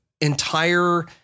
entire